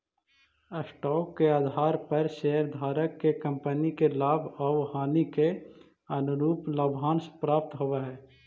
stock के आधार पर शेयरधारक के कंपनी के लाभ आउ हानि के अनुरूप लाभांश प्राप्त होवऽ हई